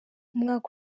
umwaka